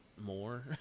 More